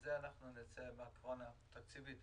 שבזה אנחנו נצא מהקורונה תקציבית,